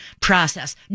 process